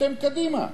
אתם קדימה.